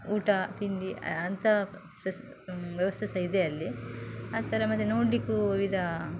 ಊಟ ತಿಂಡಿ ಅಂತ ಪ್ರಸ್ ವ್ಯವಸ್ಥೆ ಸಹ ಇದೆ ಅಲ್ಲಿ ಆ ಥರ ಮತ್ತೆ ನೋಡಲಿಕ್ಕೂ ಇದಾ